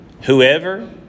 Whoever